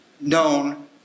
known